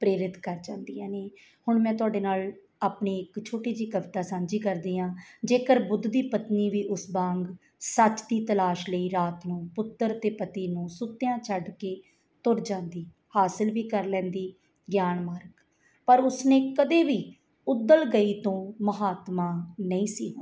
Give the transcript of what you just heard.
ਪ੍ਰੇਰਿਤ ਕਰ ਜਾਂਦੀਆਂ ਨੇ ਹੁਣ ਮੈਂ ਤੁਹਾਡੇ ਨਾਲ ਆਪਣੀ ਇੱਕ ਛੋਟੀ ਜਿਹੀ ਕਵਿਤਾ ਸਾਂਝੀ ਕਰਦੀ ਹਾਂ ਜੇਕਰ ਬੁੱਧ ਦੀ ਪਤਨੀ ਵੀ ਉਸ ਵਾਂਗ ਸੱਚ ਦੀ ਤਲਾਸ਼ ਲਈ ਰਾਤ ਨੂੰ ਪੁੱਤਰ ਅਤੇ ਪਤੀ ਨੂੰ ਸੁੱਤਿਆਂ ਛੱਡ ਕੇ ਤੁਰ ਜਾਂਦੀ ਹਾਸਲ ਵੀ ਕਰ ਲੈਂਦੀ ਗਿਆਨ ਮਾਰਗ ਪਰ ਉਸਨੇ ਕਦੇ ਵੀ ਉਦਲ ਗਈ ਤੋਂ ਮਹਾਤਮਾ ਨਹੀਂ ਸੀ ਹੋਣਾ